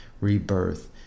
rebirth